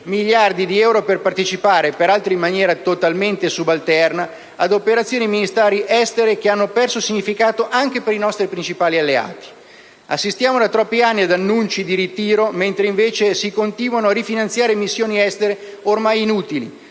miliardi di euro per partecipare, peraltro in maniera totalmente subalterna, ad operazioni militari estere che hanno perso di significato anche per i nostri principali alleati. Assistiamo da troppi anni ad annunci di ritiro mentre si continuano invece a rifinanziare missioni estere ormai inutili,